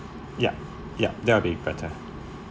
yup yup that will be better